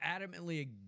adamantly